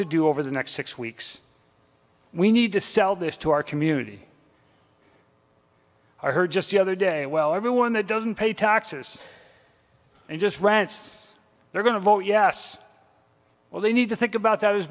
to do over the next six weeks we need to sell this to our community i heard just the other day well everyone that doesn't pay taxes and just rents they're going to vote yes well they need to think about that as